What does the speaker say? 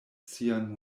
sian